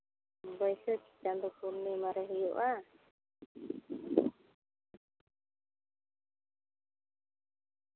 ᱵᱟᱹᱭᱥᱟᱹᱠᱷ ᱪᱟᱸᱫᱚ ᱯᱩᱨᱱᱤᱢᱟ ᱨᱮ ᱦᱩᱭᱩᱜᱼᱟ